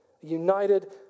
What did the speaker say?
United